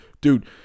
dude